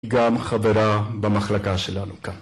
היא גם חברה במחלקה שלנו כאן.